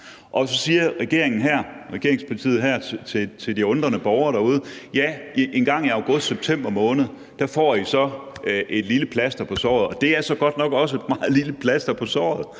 så siger regeringspartiet her til de undrende borgere derude: Engang i august eller september måned får I så et lille plaster på såret. Det er godt nok også et meget lille plaster på såret.